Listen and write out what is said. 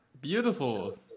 Beautiful